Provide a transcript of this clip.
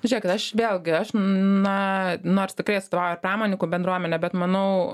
žiūrėkit aš vėlgi aš na nors tikrai atstovauju ir pramoninkų bendruomenę bet manau